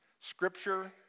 Scripture